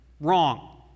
wrong